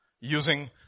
using